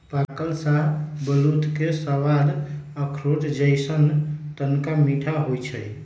पाकल शाहबलूत के सवाद अखरोट जइसन्न तनका मीठ होइ छइ